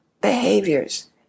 behaviors